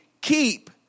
keep